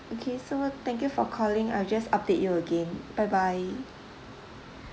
okay so thank you for calling I'll just update you again bye bye